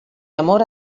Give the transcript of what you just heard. amor